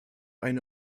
eine